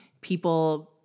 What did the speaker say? people